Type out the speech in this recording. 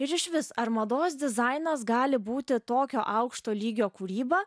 ir išvis ar mados dizainas gali būti tokio aukšto lygio kūryba